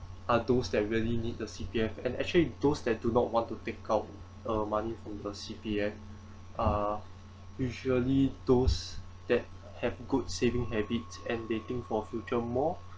are those that really need the C_P_F and actually those that do not want to take out uh money from the C_P_F are usually those that have good saving habits and they think for future more